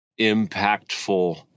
impactful